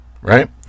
right